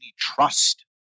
trust